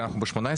רגע, אנחנו ב-18?